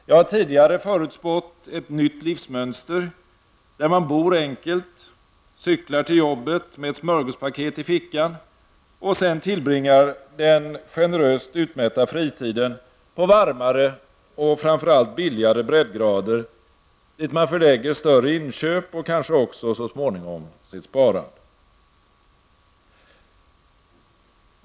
Jag har tidigare förutspått ett nytt livsmönster, där man bor enkelt, cyklar till jobbet med ett smörgåspaket i fickan och sedan tillbringar den generöst utmätta fritiden på varmare och framför allt billigare breddgrader, dit man förlägger större inköp och kanske också så småningom sitt sparande.